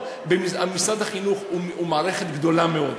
משרד החינוך הוא מערכת גדולה מאוד.